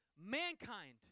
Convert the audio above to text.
Mankind